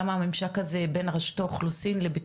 למה הממשק הזה בין רשות האוכלוסין לבין